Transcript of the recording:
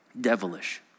devilish